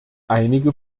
einige